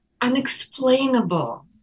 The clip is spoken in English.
unexplainable